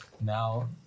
now